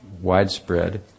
widespread